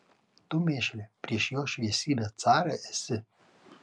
tu mėšle prieš jo šviesybę carą esi